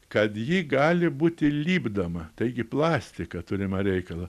kad ji gali būti lipdoma taigi plastika turima reikalą